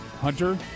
Hunter